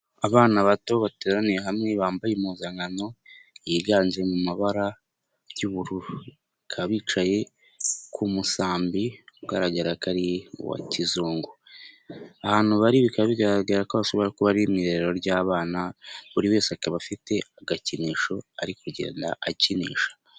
Abana bato bateraniye hamwe bambaye impuzankano, yiganje mu mabara y'ubururu. Bakaba bicaye ku musambi ugaragara ko ari uwa kizungu. Ahantu bari bikaba bigaragara ko hashobora kuba ari mu irerero ry'abana, buri wese akaba afite agakinisho ari kugenda akinisha.